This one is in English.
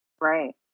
right